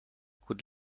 could